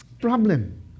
Problem